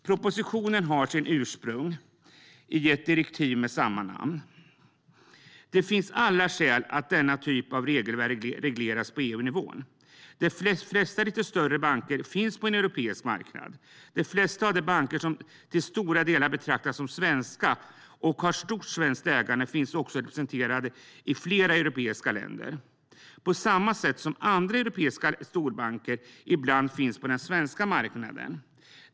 Propositionen har sitt ursprung i ett direktiv med samma namn. Det finns alla skäl att denna typ av regelverk regleras på EU-nivå. De flesta lite större banker finns på en europeisk marknad. De flesta av de banker som till stora delar betraktas som svenska och har stort svensk ägande finns också representerade i flera europeiska länder på samma sätt som andra europeiska storbanker ibland finns på den svenska marknaden.